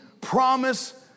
promise